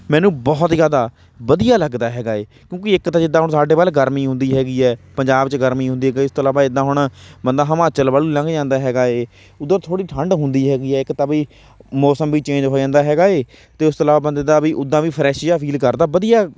ਮੈਨੂੰ ਬਹੁਤ ਜ਼ਿਆਦਾ ਵਧੀਆ ਲੱਗਦਾ ਹੈਗਾ ਹੈ ਕਿਉਂਕਿ ਇੱਕ ਤਾਂ ਜਿੱਦਾਂ ਹੁਣ ਸਾਡੇ ਵੱਲ ਗਰਮੀ ਹੁੰਦੀ ਹੈਗੀ ਹੈ ਪੰਜਾਬ 'ਚ ਗਰਮੀ ਹੁੰਦੀ ਕਈ ਇਸ ਤੋਂ ਇਲਾਵਾ ਇੱਦਾਂ ਹੁਣ ਬੰਦਾ ਹਿਮਾਚਲ ਵੱਲ ਨੂੰ ਲੰਘ ਜਾਂਦਾ ਹੈਗਾ ਹੈ ਉੱਧਰ ਥੋੜ੍ਹੀ ਠੰਡ ਹੁੰਦੀ ਹੈਗੀ ਇੱਕ ਤਾਂ ਵੀ ਮੌਸਮ ਵੀ ਚੇਂਜ ਹੋ ਜਾਂਦਾ ਹੈਗਾ ਹੈ ਅਤੇ ਉਸ ਤੋਂ ਇਲਾਵਾ ਬੰਦੇ ਦਾ ਵੀ ਉਦਾਂ ਵੀ ਫਰੈਸ਼ ਜਿਹਾ ਫੀਲ ਕਰਦਾ ਵਧੀਆ